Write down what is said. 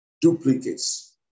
duplicates